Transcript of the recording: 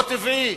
לא טבעי